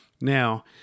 Now